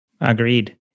Agreed